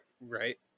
Right